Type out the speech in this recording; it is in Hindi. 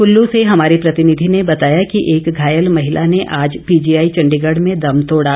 कल्लू से हमारे प्रतिनिधि ने बताया कि एक घायल महिला ने आज पीजीआई चंडीगढ़ में दम तोड़ा